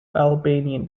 albanian